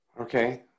Okay